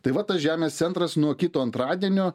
tai va tas žemės centras nuo kito antradienio